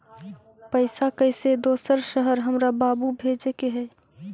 पैसा कैसै दोसर शहर हमरा बाबू भेजे के है?